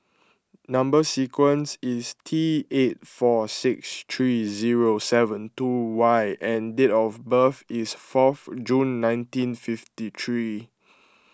Number Sequence is T eight four six three zero seven two Y and date of birth is fourth June nineteen fifty three